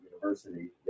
University